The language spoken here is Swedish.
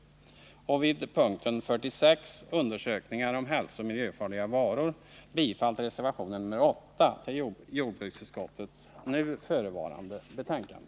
Vid punkten 46, Undersökningar av hälsooch miljöfarliga varor, yrkar jag bifall till reservation 8 vid jordbruksutskottets nu förevarande betänkande.